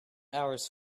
hours